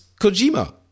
Kojima